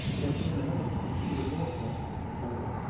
then came another thought, even more personal and terrible,